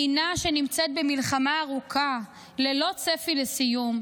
מדינה שנמצאת במלחמה ארוכה ללא צפי לסיום,